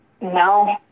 No